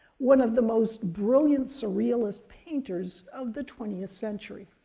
one of the most brilliant surrealist painters of the twentieth century.